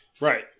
Right